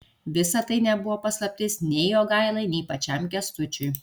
visa tai nebuvo paslaptis nei jogailai nei pačiam kęstučiui